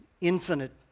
infinite